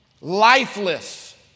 lifeless